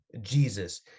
Jesus